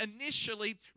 initially